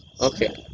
Okay